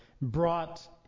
brought